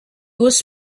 was